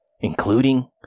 Including